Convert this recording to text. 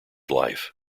life